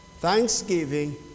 Thanksgiving